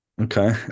Okay